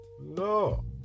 no